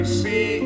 see